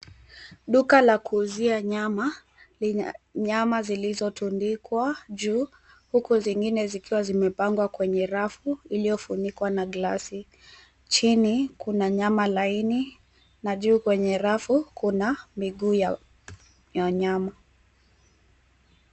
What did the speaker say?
Duka la kuuzia nyama lenye nyama zilizotundikwa juu huku zingine zikiwa zimepangwa kwenye rafu iliyofunikwa na glasi. Chini kuna nyama laini na juu kwenye rafu kuna miguu ya wanyama.